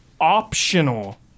optional